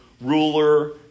ruler